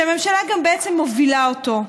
שהממשלה בעצם גם מובילה אותו,